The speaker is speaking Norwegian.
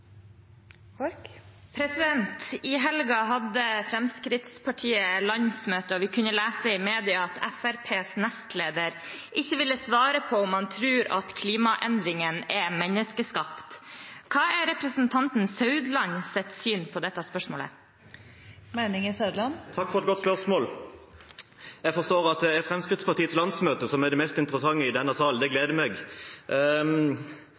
på. I helgen hadde Fremskrittspartiet landsmøte, og vi kunne lese i media at Fremskrittspartiets nestleder ikke ville svare på om han tror at klimaendringene er menneskeskapt. Hva er representanten Meininger Saudlands syn på dette spørsmålet? Takk for et godt spørsmål. Jeg forstår at det er Fremskrittspartiets landsmøte som er det mest interessante i denne sal. Det